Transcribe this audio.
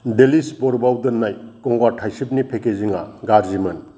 delish बरफाव दोननाय गंगार थायसिबनि पेकेजिङा गाज्रिमोन